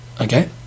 Okay